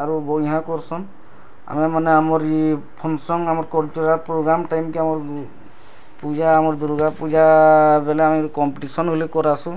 ଆରୁ ବଢିଆଁ କରୁସନ୍ ଆମେମାନେ ଆମରି ଫଙ୍କସନ୍ ଆମର କଲ୍ଚୁରାଲ୍ ପ୍ରୋଗ୍ରାମ୍ ଟାଇମ୍କେ ଆମର୍ ପୂଜା ଆମର୍ ଦୁର୍ଗାପୂଜା ବୋଇଲେ ଆମେ କମ୍ପିଟିସନ୍ ବୋଲି କରଆସୁଁ